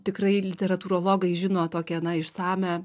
tikrai literatūrologai žino tokią na išsamią